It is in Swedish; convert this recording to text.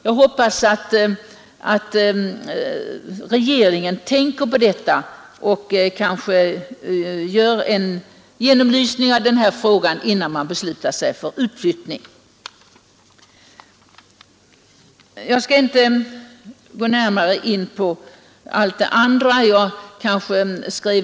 Jag hoppas att regeringen gör en genomlysning av denna fråga, innan man beslutar om utflyttning. Jag skall inte gå närmare in på övriga punkter.